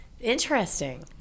interesting